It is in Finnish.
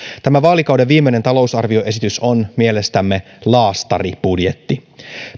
tämä vaalikauden viimeinen talousarvioesitys on mielestämme laastaribudjetti